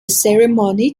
ceremony